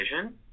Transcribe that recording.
vision